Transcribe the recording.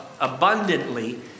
abundantly